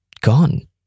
gone